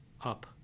up